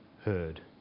heard